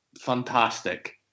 fantastic